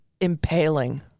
Impaling